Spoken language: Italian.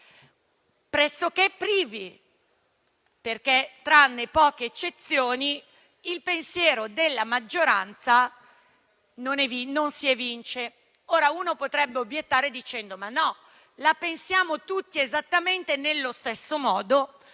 Infatti, tranne poche eccezioni, il pensiero della maggioranza non si evince. Uno potrebbe obiettare dicendo: «Ma no, la pensiamo tutti esattamente nello stesso modo,